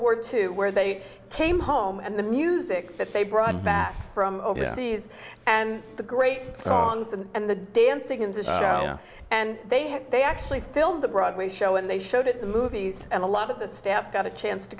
war two where they came home and the music that they brought back from overseas and the great songs and the dancing and the show and they had they actually filmed the broadway show and they showed the movies and a lot of the staff got a chance to